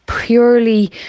purely